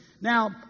Now